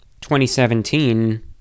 2017